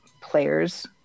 players